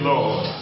Lord